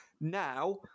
Now